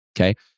Okay